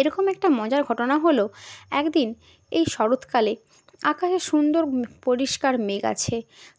এরকম একটা মজার ঘটনা হল এক দিন এই শরতকালে আকাশে সুন্দর পরিষ্কার মেঘ আছে